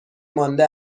مانده